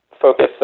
focus